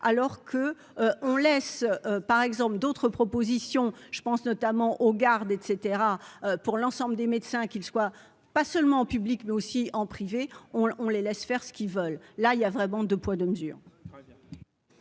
alors que on laisse, par exemple, d'autres propositions, je pense notamment aux gardes, etc, pour l'ensemble des médecins qu'ils soient, pas seulement en public, mais aussi en privé, on les laisse faire ce qu'ils veulent, là il y a vraiment 2 poids 2 mesures.